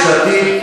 יש עתיד,